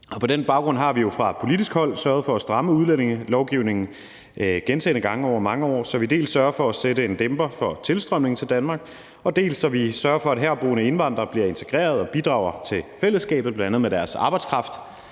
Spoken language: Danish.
På den baggrund har vi jo fra politisk hold sørget for at stramme udlændingelovgivningen gentagne gange over mange år, så vi dels sørger for at lægge en dæmper på tilstrømningen til Danmark, og dels sørger for, at herboende indvandrere bliver integreret og bidrager til fællesskabet, bl.a. med deres arbejdskraft.